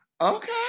Okay